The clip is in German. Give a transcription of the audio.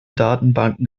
datenbanken